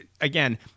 again